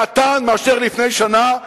קטן מאשר לפני שנה,